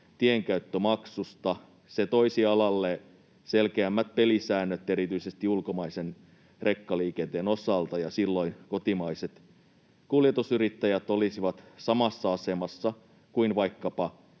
tienkäyttömaksusta. Se toisi alalle selkeämmät pelisäännöt erityisesti ulkomaisen rekkaliikenteen osalta, ja silloin kotimaiset kuljetusyrittäjät olisivat samassa asemassa kuin vaikkapa